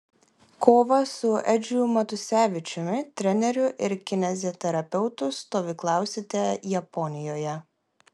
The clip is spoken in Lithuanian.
kovą su edžiu matusevičiumi treneriu ir kineziterapeutu stovyklausite japonijoje